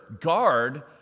guard